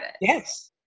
Yes